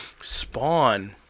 Spawn